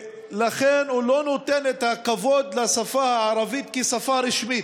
הוא לא נותן את הכבוד לשפה הערבית כשפה רשמית.